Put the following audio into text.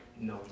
No